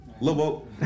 Little